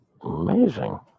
Amazing